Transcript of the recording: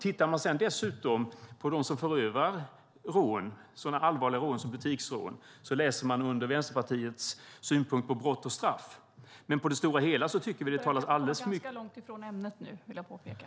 Tittar man dessutom på vilka som förövar så allvarliga rån som butiksrån kan man läsa under rubriken "Brott och straff": "Men på det stora hela så tycker vi att det talas mycket ."